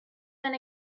been